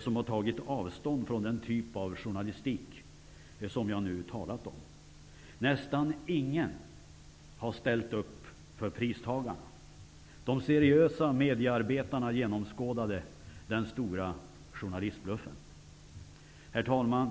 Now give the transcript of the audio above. som har tagit avstånd från den typ av journalistik som jag nu har talat om. Nästan ingen har ställt upp för pristagarna. De seriösa mediearbetarna genomskådade den stora journalistbluffen. Herr talman!